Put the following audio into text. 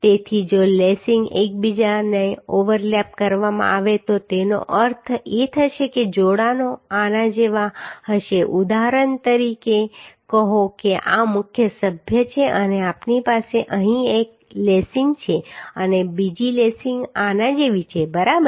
તેથી જો લેસીંગ્સ એકબીજાને ઓવરલેપ કરવામાં આવે તો તેનો અર્થ એ થશે કે જોડાણો આના જેવા હશે ઉદાહરણ તરીકે કહો કે આ મુખ્ય સભ્ય છે અને આપણી પાસે અહીં એક લેસીંગ છે અને બીજી લેસીંગ આના જેવી છે બરાબર